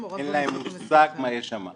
או רק ב --- אין להם מושג מה יש שם,